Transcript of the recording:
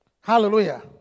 Hallelujah